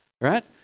Right